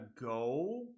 go